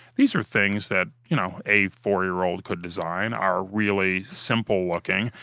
these are things that you know a four-year-old could design, are really simple looking,